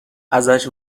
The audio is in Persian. ازش